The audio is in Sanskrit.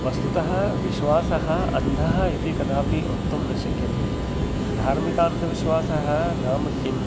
वस्तुतः विश्वासः अन्धः इति कदापि वक्तुं न शक्यते धार्मिकान्धविश्वासः नाम किम्